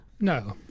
No